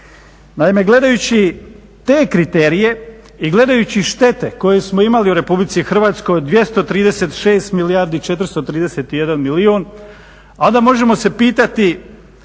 Naime, gledajući te kriterije i gledajući štete koje smo imali u Republici Hrvatskoj od 236 milijardi 431 milijun a da možemo se pitati